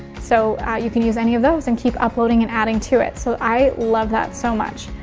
so you can use any of those and keep uploading and adding to it. so i love that so much.